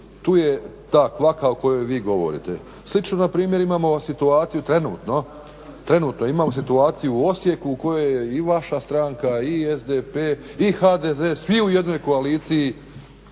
tu je ta kvaka o kojoj vi govorite. Slično npr. imamo situaciju, trenutno imamo situaciju Osijeku u kojoj je i vaša stranka i SDP i HDZ, svi u jednoj koaliciji